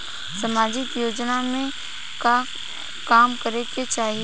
सामाजिक योजना में का काम करे के चाही?